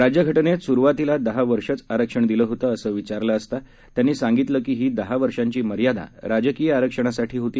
राज्यघटनेत सुरुवातीला दहा वर्षेच आरक्षण दिलं होतं असं विचारलं असता त्यांनी सांगितलं की ही दहा वर्षांची मर्यादा राजकीय आरक्षणासाठी होती